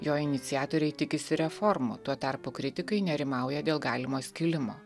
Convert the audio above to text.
jo iniciatoriai tikisi reformų tuo tarpu kritikai nerimauja dėl galimo skilimo